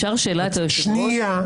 זה שאתה לא מעביר את רשות הדיבור למישהו אחר.